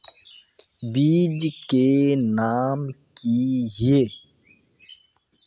बीज के नाम की हिये?